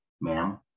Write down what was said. Ma'am